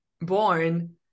born